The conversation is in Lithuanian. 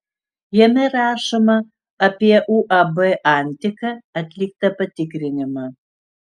jame rašoma apie uab antika atliktą patikrinimą